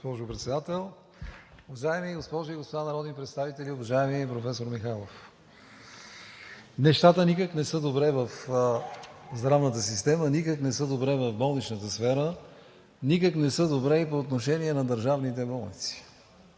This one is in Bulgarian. Уважаеми госпожи и господа народни представители! Уважаеми професор Михайлов, нещата никак не са добре в здравната система, никак не са добре в болничната сфера, никак не са добре и по отношение на държавните болници.